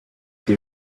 they